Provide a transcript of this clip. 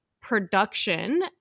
production